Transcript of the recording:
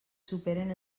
superen